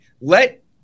Let –